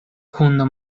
hundo